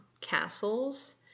castles